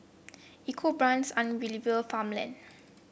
EcoBrown's Unilever Farmland